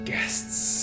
guests